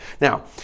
now